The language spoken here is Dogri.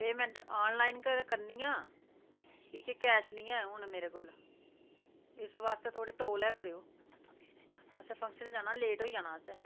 पेमैंट आनलाइन गै करनी आं कि के कैश नी ऐ हून मेरे कोल इस वास्तै थोह्ड़ी तौल गै करेओ असें फक्शनै जाना लेट होई जाना असें